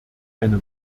eine